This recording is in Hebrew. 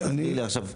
תגיד לי, עכשיו,